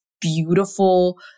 beautiful